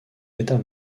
état